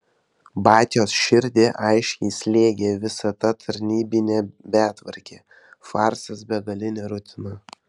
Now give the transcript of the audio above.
batios širdį aiškiai slėgė visa ta tarnybinė betvarkė farsas begalinė rutina